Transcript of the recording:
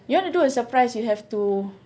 you want to do a surprise you have to